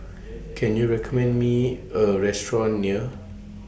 Can YOU recommend Me A Restaurant near